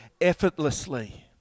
effortlessly